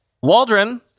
Waldron